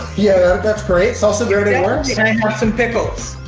yeah, that's great salsa verde works. yeah and i have some pickles.